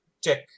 check